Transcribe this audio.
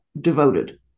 devoted